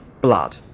blood